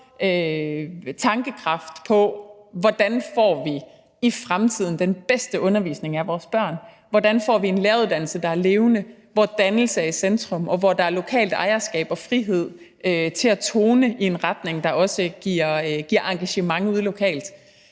tankekraft på, hvordan vi i fremtiden får den bedste undervisning af vores børn, og hvordan vi får en læreruddannelse, der er levende, hvor dannelse er i centrum, og hvor der er lokalt ejerskab og frihed til at tone i en retning, der også giver engagement ude lokalt.